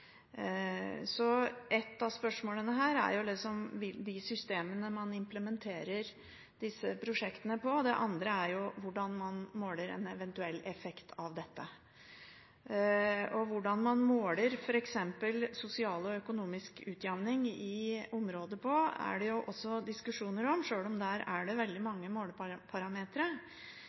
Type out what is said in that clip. Så ett av spørsmålene her er de systemene man implementer disse prosjektene på, og det andre er hvordan man måler en eventuell effekt av dette. Og det er jo også diskusjoner rundt hvordan man f.eks. måler sosial og økonomisk utjamning i området, sjøl om det der er veldig mange måleparametere. Det som er